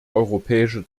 europäische